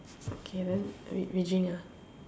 okay then we we drink ah